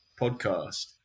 Podcast